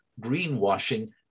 greenwashing